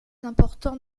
important